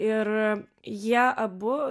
ir jie abu